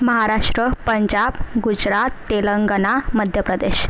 Maharashtra Punjab Gujarat Telangana Madhya Pradesh